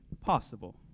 possible